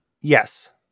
Yes